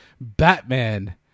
Batman